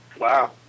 Wow